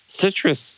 citrus